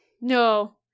No